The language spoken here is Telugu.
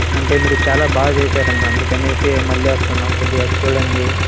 అంటే మీరు చాలా బాగా చేశారు అన్న అందుకని మళ్ళీ వస్తున్నాం కొద్దిగా చూడండి